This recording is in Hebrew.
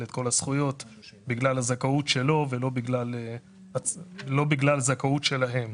את כל הזכויות בגלל הזכאות שלו ולא בגלל זכאות שלהם,